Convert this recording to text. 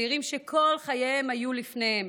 צעירים שכל חייהם היו לפניהם: